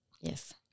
Yes